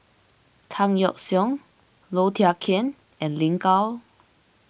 Tan Yeok Seong Low Thia Khiang and Lin Gao